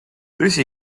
tõsi